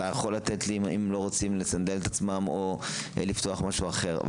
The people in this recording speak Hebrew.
אם הם לא רוצים לסנדל את עצמם או לפתוח משהו אחר,